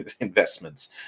investments